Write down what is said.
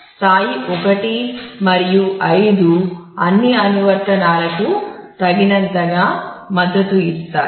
స్థాయి 1 మరియు 5 అన్ని అనువర్తనాలకు తగినంతగా మద్దతు ఇస్తాయి